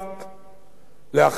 לאחר אותה הסדרה,